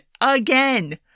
Again